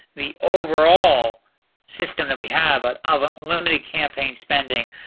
the overall system that we have but of limiting campaign spending,